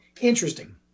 Interesting